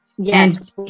Yes